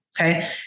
Okay